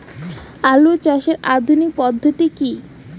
আলু চাষের আধুনিক পদ্ধতি কি?